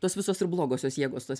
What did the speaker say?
tos visos ir blogosios jėgos tas